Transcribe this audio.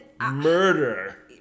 Murder